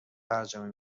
ترجمه